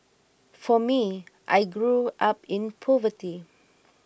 for me I grew up in poverty